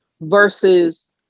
versus